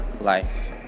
life